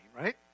right